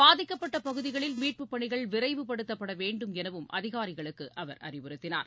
பாதிக்கப்பட்ட பகுதிகளில் மீட்புப் பணிகள் விரைவுபடுத்தப்பட வேண்டும் எனவும் அதிகாரிகளுக்கு அவர் அறிவுறுத்தினார்